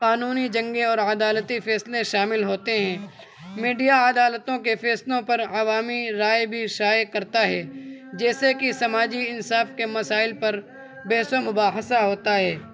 قانونی جنگیں اور عدالتی فیصلے شامل ہوتے ہیں میڈیا عدالتوں کے فیصلوں پر عوامی رائے بھی شائع کرتا ہے جیسے کہ سماجی انصاف کے مسائل پر بحث و مباحثہ ہوتا ہے